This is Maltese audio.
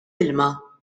ilma